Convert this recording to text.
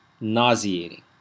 nauseating